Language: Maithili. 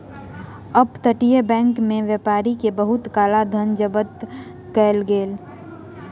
अप तटीय बैंक में व्यापारी के बहुत काला धन जब्त कएल गेल